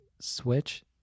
Switch